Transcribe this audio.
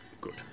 Good